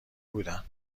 بودن